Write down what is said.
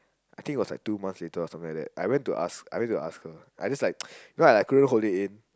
I think it was like two months later or something like that I went to ask I went to ask her I just like cause I like couldn't hold it in